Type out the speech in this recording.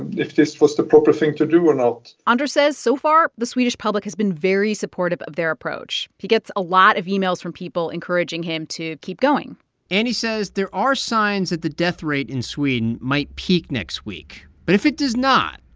and if this was the proper thing to do or not anders says so far, the swedish public has been very supportive of their approach. he gets a lot of emails from people encouraging him to keep going and he says there are signs that the death rate in sweden might peak next week. but if it does not,